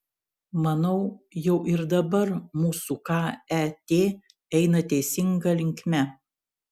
manau jau ir dabar mūsų ket eina teisinga linkme